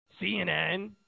CNN